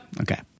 okay